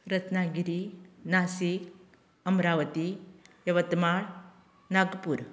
Ratnagiri Nashik Amravati Yavatmal Nagpur